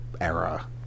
era